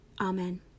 Amen